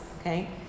okay